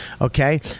Okay